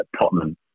Tottenham